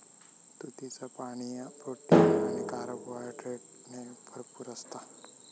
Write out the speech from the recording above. तुतीचा पाणी, प्रोटीन आणि कार्बोहायड्रेटने भरपूर असता